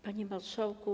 Panie Marszałku!